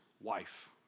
wife